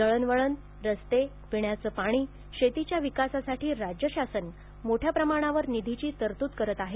दळणवळण रस्ते पिण्याचं पाणी शेतीच्या विकासासाठी राज्य शासन मोठ्या प्रमाणावर निधीची तरतूद करत आहे